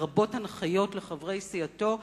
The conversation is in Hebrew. לרבות הנחיות לחברי סיעתו,